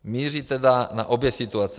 Míří tedy na obě situace.